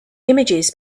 images